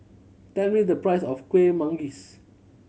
tell me the price of Kueh Manggis